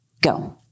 Go